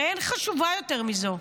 הרי אין חשובה יותר מזו.